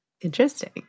Interesting